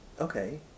Okay